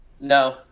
No